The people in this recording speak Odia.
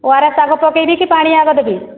ଓ ଆର୍ ଏସ୍ ଆଗ ପକାଇଦେଇକି ପାଣି ଆଗ ଦେବି